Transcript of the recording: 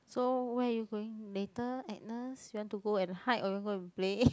so where are you going later Agnes you want to go and hide or you want go and play